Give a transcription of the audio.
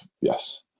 yes